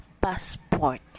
passport